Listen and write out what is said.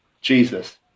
Jesus